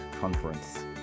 Conference